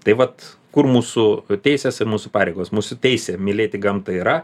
tai vat kur mūsų teisės ir mūsų pareigos mūsų teisė mylėti gamtą yra